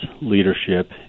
leadership